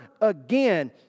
again